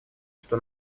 что